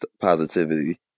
positivity